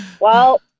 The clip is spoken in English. Well-